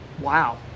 wow